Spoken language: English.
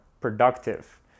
productive